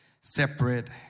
separate